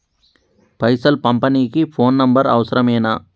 పైసలు పంపనీకి phone number అవసరమేనా?